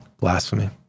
Blasphemy